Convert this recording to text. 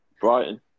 Brighton